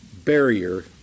barrier